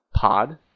pod